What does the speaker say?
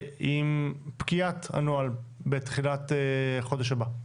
ועם פקיעת הנוהל בתחילת חודש הבא.